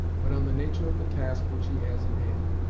but on the nature of the task which he has in hand.